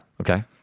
Okay